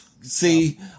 See